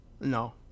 No